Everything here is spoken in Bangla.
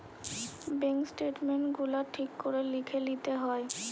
বেঙ্ক স্টেটমেন্ট গুলা ঠিক করে লিখে লিতে হয়